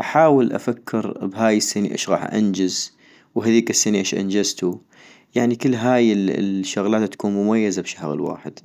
احاول افكر بهاي السني اش غاح انجز، وبهذيك السني اش انجزتو - يعني كل هاي ال الشغلات تكون مميزة بشهغ الواحد